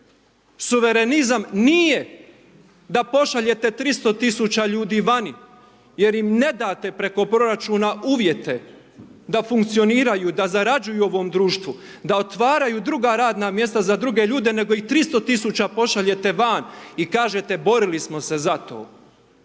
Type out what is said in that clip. Suvremenizam nije da pošaljete 300 tisuća ljudi vani. Jer im ne date preko proračuna uvjete da funkcioniraju, da zarađuju u ovom društvu, da otvaraju druga radna mjesta za druge ljude, nego ih 300 tisuća pošaljete van i kažete borili smo se za to.